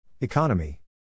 Economy